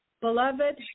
beloved